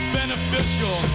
beneficial